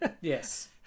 Yes